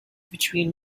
between